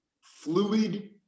fluid